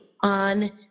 on